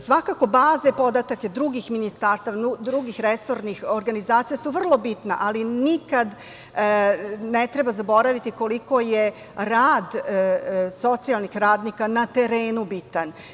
Svakako baze podataka drugih ministarstava, drugih resornih organizacija su vrlo bitna ali nikada ne treba zaboraviti koliko je rad socijalnih radnika na terenu bitan.